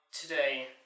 today